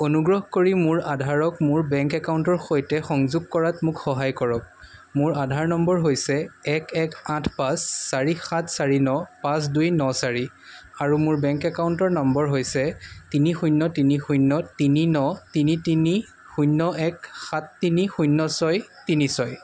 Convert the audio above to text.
অনুগ্ৰহ কৰি মোৰ আধাৰক মোৰ বেংক একাউণ্টৰ সৈতে সংযোগ কৰাত মোক সহায় কৰক মোৰ আধাৰ নম্বৰ হৈছে এক এক আঠ পাঁচ চাৰি সাত চাৰি ন পাঁচ দুই ন চাৰি আৰু মোৰ বেংক একাউণ্টৰ নম্বৰ হৈছে তিনি শূন্য তিনি শূন্য তিনি ন তিনি তিনি শূন্য এক সাত তিনি শূন্য ছয় তিনি ছয়